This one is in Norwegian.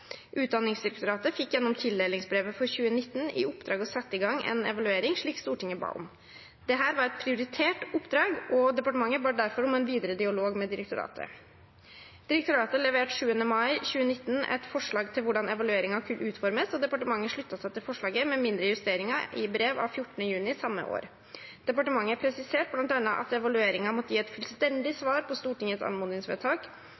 Utdanningsdirektoratet fikk gjennom tildelingsbrevet for 2019 i oppdrag å sette i gang en evaluering slik Stortinget ba om. Dette var et prioritert oppdrag, og departementet ba derfor om en videre dialog med direktoratet. Direktoratet leverte 7. mai 2019 et forslag til hvordan evalueringen kunne utformes, og departementet sluttet seg til forslaget med mindre justeringer i brev av 14. juni samme år. Departementet presiserte bl.a. at evalueringen måtte gi et fullstendig